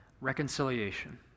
reconciliation